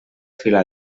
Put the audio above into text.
fila